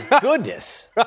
goodness